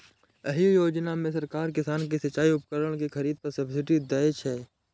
एहि योजना मे सरकार किसान कें सिचाइ उपकरण के खरीद पर सब्सिडी दै छै